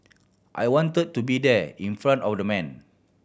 I wanted to be there in front of the man